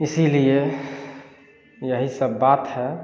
इसीलिए यही सब बात है